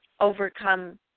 overcome